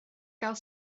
gael